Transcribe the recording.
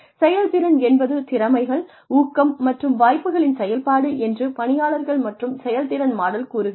செயல்திறன் என்பது திறமைகள் ஊக்கம் மற்றும் வாய்ப்புகளின் செயல்பாடு என்று பணியாளர்கள் மற்றும் செயல்திறன் மாடல் கூறுகிறது